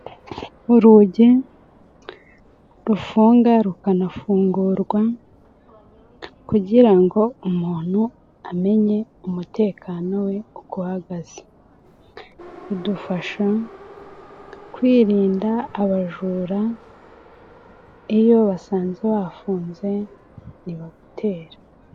Urugi rufunga rukanafungurwa kugira ngo umuntu amenye umutekano we uko uhagaze, rudufasha kwirinda abajura, iyo basanze wahafunze ntibagutera.